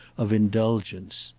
of indulgence.